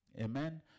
Amen